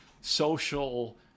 social